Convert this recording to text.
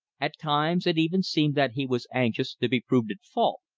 at times it even seemed that he was anxious to be proved at fault,